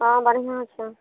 हाँ बढ़िआँ छै